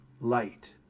light